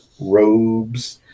robes